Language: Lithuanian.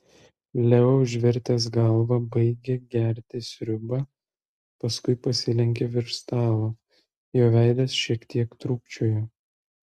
leo užvertęs galvą baigė gerti sriubą paskui pasilenkė virš stalo jo veidas šiek tiek trūkčiojo